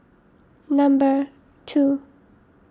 number two